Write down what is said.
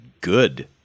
good